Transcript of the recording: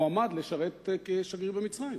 מועמד לשרת כשגריר במצרים.